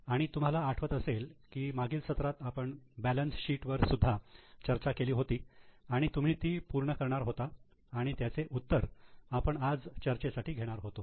आणि तुम्हाला आठवत असेल की मागील सत्रात आपण बॅलन्स शीट वर सुद्धा चर्चा केली होती आणि तुम्ही ती पूर्ण करणार होता आणि त्याचे उत्तर आपण आज चर्चेसाठी घेणार होतो